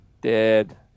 dead